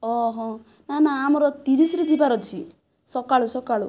ଓହୋ ନାଁ ନାଁ ଆମର ତିରିଶରେ ଯିବାର ଅଛି ସକାଳୁ ସକାଳୁ